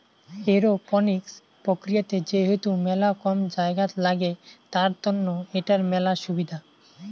aeroponics প্রক্রিয়াতে যেহেতু মেলা কম জায়গাত লাগে, তার তন্ন এটার মেলা সুবিধা